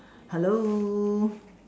hello